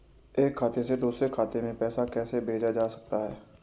एक खाते से दूसरे खाते में पैसा कैसे भेजा जा सकता है?